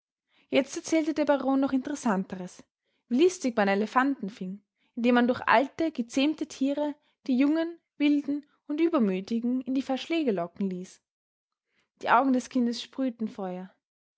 jetzt erzählte der baron noch interessanteres wie listig man elefanten fing indem man durch alte gezähmte tiere die jungen wilden und übermütigen in die verschläge locken ließ die augen des kindes sprühten feuer